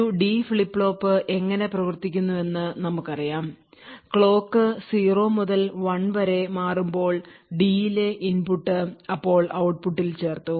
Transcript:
ഒരു D flip flop എങ്ങനെ പ്രവർത്തിക്കുന്നുവെന്ന് നമുക്കറിയാം ക്ലോക്ക് 0 മുതൽ 1 വരെ മാറുമ്പോൾ ഡിയിലെ ഇൻപുട്ട് അപ്പോൾ ഔട്ട്പുട്ടിൽ ചേർത്തു